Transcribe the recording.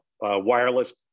wireless